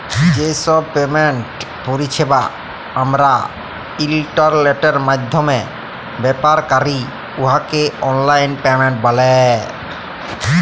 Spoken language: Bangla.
যে ছব পেমেন্ট পরিছেবা আমরা ইলটারলেটের মাইধ্যমে ব্যাভার ক্যরি উয়াকে অললাইল পেমেল্ট ব্যলে